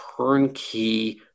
turnkey